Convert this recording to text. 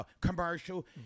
commercial